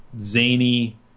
zany